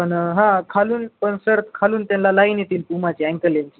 पण हां खालून पण सर खालून त्यांना लाईन येतील पुमाचे अँंकल लेन्थ